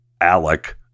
Alec